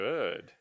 Good